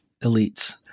elites